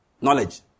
Knowledge